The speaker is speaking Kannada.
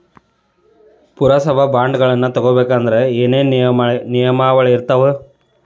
ಪುರಸಭಾ ಬಾಂಡ್ಗಳನ್ನ ತಗೊಬೇಕಂದ್ರ ಏನೇನ ನಿಯಮಗಳಿರ್ತಾವ?